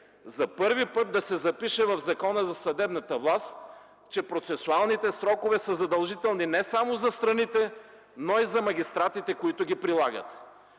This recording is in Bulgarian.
за първи път да се запише в Закона за съдебната власт, че процесуалните срокове са задължителни не само за страните, но и за магистратите, които ги прилагат.